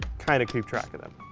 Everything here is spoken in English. kind of keep track of them.